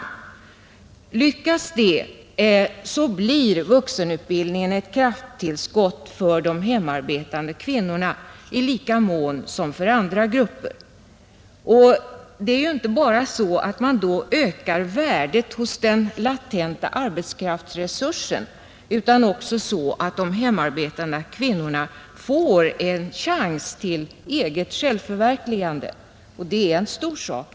Lyckas det, så blir vuxenutbildningen ett krafttillskott för de hemarbetande kvinnorna i lika mån som för andra grupper. Och det är inte bara så att man då ökar värdet hos den latenta arbetskraftsresursen, utan de hemarbetande kvinnorna får också då en chans till självförverkligande — och det är en stor sak!